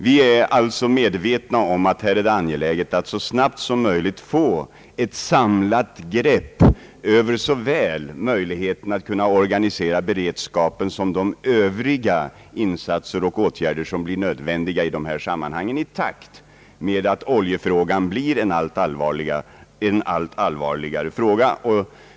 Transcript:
Vi är alltså medvetna om att det är angeläget att så snart som möjligt få ett samlat grepp på såväl möjligheterna att organisera beredskapen .som de övriga insatser och åtgärder som blir nödvändiga i dessa sammanhang i takt med att oljeskyddsfrågan blir allt allvarligare.